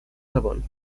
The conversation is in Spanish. japón